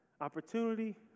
Opportunity